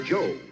Joe